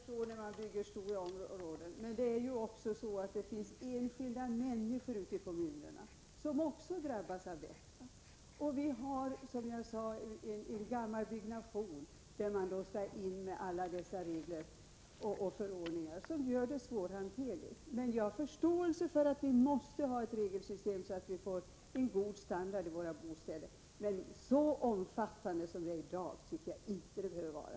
Herr talman! Jag kan förstå detta när det gäller stora områden. Men det finns ju också enskilda människor ute i kommunerna som drabbas härvidlag. Vi har i Dalarna — som jag sade — gammal byggnation, för vilken då alla dessa regler och förordningar skall tillämpas, så att det hela blir svårhanterligt. Men jag har förståelse för att vi måste ha ett regelsystem, så att det blir en god standard på våra bostäder. Men så omfattande som systemet är i dag tycker jag inte att det behöver vara.